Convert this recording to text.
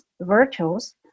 virtues